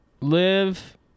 live